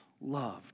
love